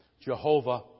Jehovah